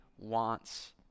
wants